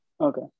Okay